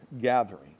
gathering